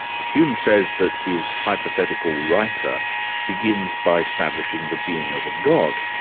hume says that his hypothetical writer begins by establishing the being of a god.